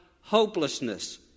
hopelessness